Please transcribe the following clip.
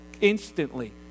instantly